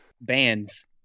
bands